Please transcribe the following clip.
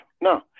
No